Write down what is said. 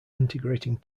integrating